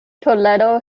toledo